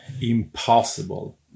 impossible